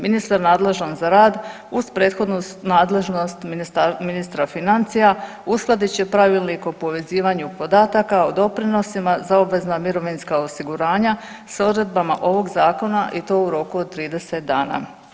Ministar nadležan za rad uz prethodnu nadležnost ministra financija uskladit će Pravilnik o povezivanju podataka o doprinosima za obvezna mirovinska osiguranja s odredbama ovog zakona i to u roku od 30 dana.